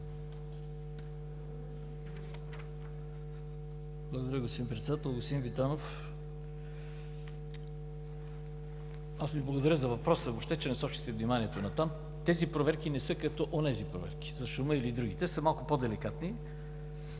Благодаря, госпожо Председател. Господин Витанов, аз Ви благодаря за въпроса и въобще, че насочихте вниманието натам. Тези проверки не са като онези проверки – за шума или други, те са малко по-деликатни.